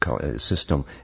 system